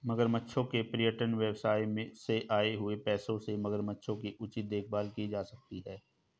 मगरमच्छों के पर्यटन व्यवसाय से आए हुए पैसों से मगरमच्छों की उचित देखभाल की जा सकती है